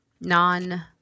non